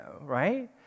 Right